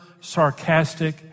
sarcastic